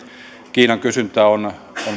kiinan kysyntä on